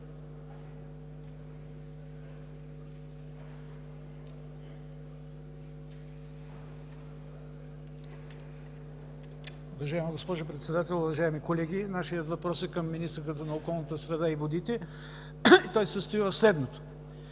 Уважаема госпожо Председател, уважаеми колеги! Нашият въпрос е към министъра на околната среда и водите и се състои в следното.